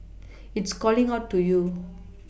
it's calling out to you